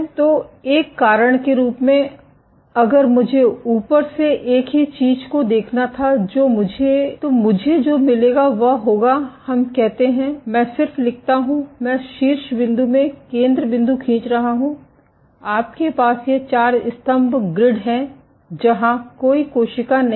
तो एक कारण के रूप में अगर मुझे ऊपर से एक ही चीज को देखना था तो मुझे जो मिलेगा वह होगा हम कहते हैं मैं सिर्फ लिखता हूं मैं शीर्ष बिंदु में केंद्र बिंदु खींच रहा हूं आपके पास यह चार स्तंभ ग्रिड है जहां कोई कोशिका नहीं है